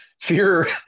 Fear